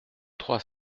trois